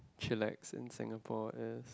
chillax in Singapore is